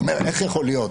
הוא אומר: איך יכול להיות,